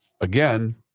again